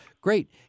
Great